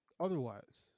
Otherwise